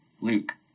Luke